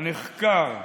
הנחקר,